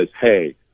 hey